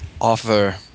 offer